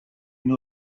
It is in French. une